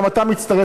גם אתה מצטרף,